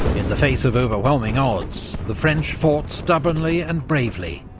in the face of overwhelming odds, the french fought stubbornly and bravely,